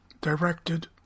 directed